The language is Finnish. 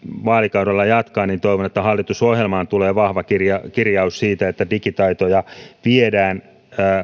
vaalikaudella jatkaa toivon että hallitusohjelmaan tulee vahva kirjaus kirjaus siitä että digitaitoja viedään